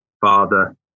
father